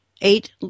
eight